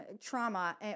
trauma